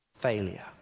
failure